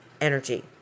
energy